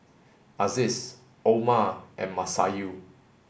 Aziz Omar and Masayu